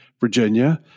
Virginia